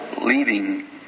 leaving